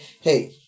hey